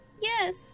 Yes